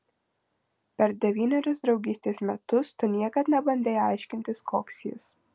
per devynerius draugystės metus tu niekad nebandei aiškintis koks jis